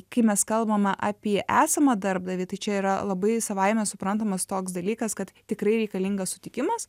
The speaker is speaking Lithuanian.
kai mes kalbame apie esamą darbdavį tai čia yra labai savaime suprantamas toks dalykas kad tikrai reikalingas sutikimas